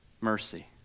mercy